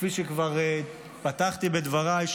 כפי שכבר פתחתי בדבריי,